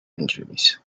injuries